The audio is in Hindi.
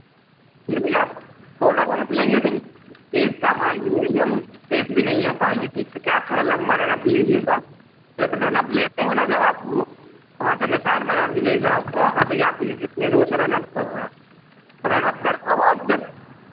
यदि आप छोटा रन अप लेंगे तो पेस कम आएगी मीडियम पेस भी नहीं आ पाएगी ठीक से क्या आप थोड़ा लम्बा रन अप लीजिएगा एप रन अप लेते हैं न जब आप म वहाँ से निशान बना दिजिएगा आप वहाँ पे गैप लेकर कितनी दूर से रन अप कर रहा है तो रन अप करते हो आप जब